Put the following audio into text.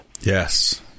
Yes